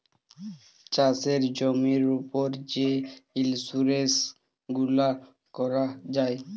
চাষের জমির উপর যে ইলসুরেলস গুলা ক্যরা যায়